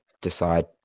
decide